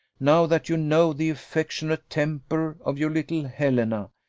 now that you know the affectionate temper of your little helena,